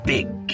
Big